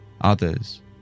Others